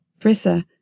Brissa